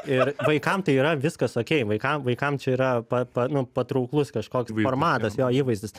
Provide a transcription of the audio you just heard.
ir vaikam tai yra viskas okei vaikam vaikam čia yra pa pa nu patrauklus kažkoks formatas jo įvaizdis